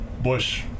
Bush